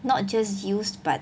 not just used but